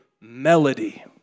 melody